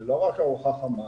זה לא רק ארוחה חמה,